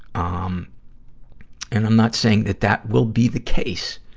um and i'm not saying that that will be the case.